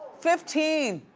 fifteen!